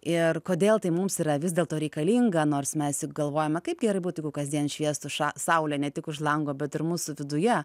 ir kodėl tai mums yra vis dėlto reikalinga nors mes juk galvojome kaip gerai būtų kasdien šviestų saulė ne tik už lango bet ir mūsų viduje